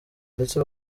ndetse